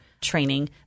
training